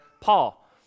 Paul